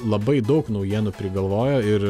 labai daug naujienų prigalvojo ir